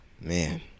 man